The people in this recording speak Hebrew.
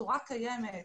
התורה קיימת,